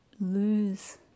lose